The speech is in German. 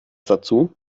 dazu